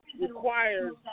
requires